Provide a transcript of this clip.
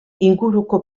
inguruko